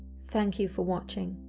thank you for watching.